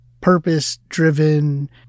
purpose-driven